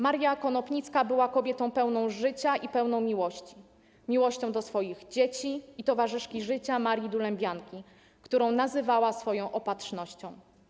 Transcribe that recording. Maria Konopnicka była kobietą pełną życia i pełną miłości, miłością do swoich dzieci i towarzyszki życia Marii Dulębianki, którą nazywała swoją opatrznością.